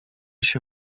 się